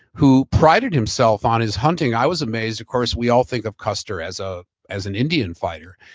who prided himself on his hunting. i was amazed, of course we all think of custer as ah as an indian fighter,